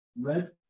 Red